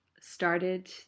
started